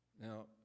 Now